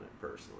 personally